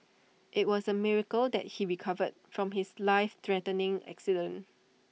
IT was A miracle that he recovered from his life threatening accident